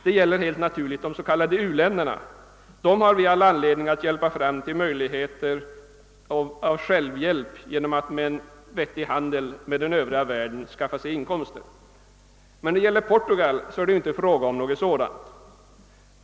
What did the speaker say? Detta gäller självfallet de s.k. u-länderna, som vi på allt sätt bör hjälpa fram till möjligheter att hjälpa sig själva genom att de via en vettig handel med världen i övrigt skaf far sig inkomster. Men i fallet Portugal är det inte fråga om något sådant.